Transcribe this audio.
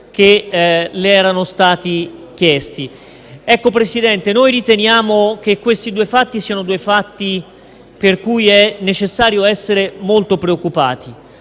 che le erano stati chiesti. Signor Presidente, riteniamo che questi siano fatti per cui è necessario essere molto preoccupati: